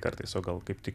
kartais o gal kaip tik